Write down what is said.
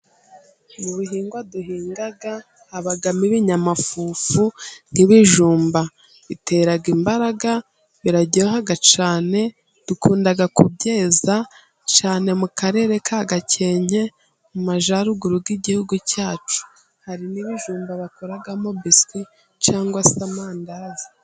Mu bihingwa duhinga, habamo ibinyamafufu nk'ibijumba. Bitera imbaraga, biraryoha cyane. Dukunda kubyeza cyane mu Karere ka Gakenke mu Majyaruguru y'igihugu cyacu. Hari n'ibijumba bakoramo biswi cangwa se amandazi.